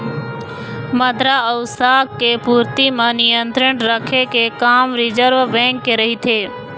मद्रा अउ शाख के पूरति म नियंत्रन रखे के काम रिर्जव बेंक के रहिथे